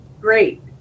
Great